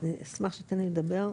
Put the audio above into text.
אני אשמח שתתן לי לדבר.